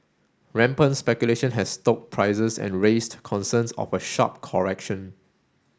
rampant speculation has stoked prices and raised concerns of a sharp correction